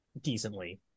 decently